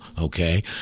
Okay